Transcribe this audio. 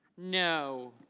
no.